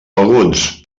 alguns